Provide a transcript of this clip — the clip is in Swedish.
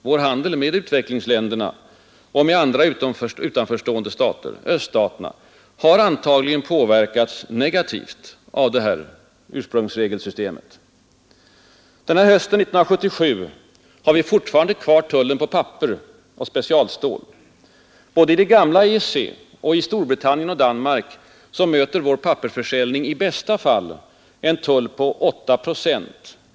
Vår handel med utvecklingsländerna och med andra utanförstående stater, såsom öststaterna, har antagligen påverkats negativt av det s.k. ursprungsregelsystemet. Denna höst — 1977 — har vi fortfarande kvar tull på papper och specialstål. Både i det gamla EEC och i Storbritannien och Danmark möter vår pappersförsäljning i bästa fallen en tull på 8 procent.